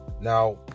Now